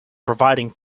providing